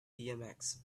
bmx